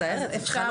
אני אחזור